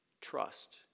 Trust